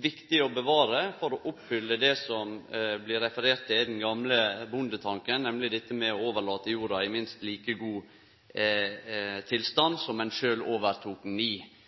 viktig å bevare for å oppfylle det som det blir referert til i den gamle bondetanken, nemleg dette med å overlate jorda i minst like god